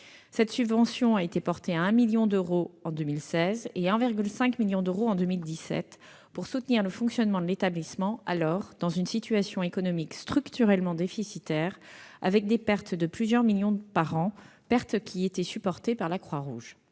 Cette subvention a été portée à 1 million d'euros en 2016 et à 1,5 million d'euros en 2017 pour soutenir le fonctionnement de l'établissement, alors dans une situation économique structurellement déficitaire. Ses pertes, qui atteignaient plusieurs millions d'euros par an, étaient supportées par la Croix-Rouge.